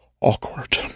awkward